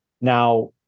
Now